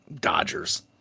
Dodgers